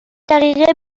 دقیقه